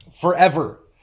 forever